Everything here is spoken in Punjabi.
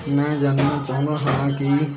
ਮੈਂ ਜਾਣਨਾ ਚਾਹੁੰਦਾ ਹਾਂ ਕਿ